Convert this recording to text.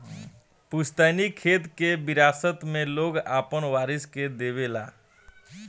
पुस्तैनी खेत के विरासत मे लोग आपन वारिस के देवे ला